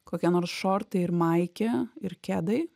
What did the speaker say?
kokie nors šortai ir maikė ir kedai